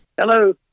Hello